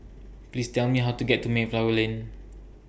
Please Tell Me How to get to Mayflower Lane